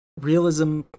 realism